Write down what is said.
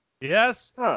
Yes